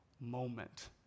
moment